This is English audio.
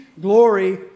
glory